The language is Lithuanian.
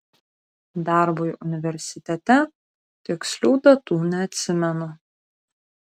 darbui universitete tikslių datų neatsimenu